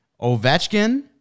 Ovechkin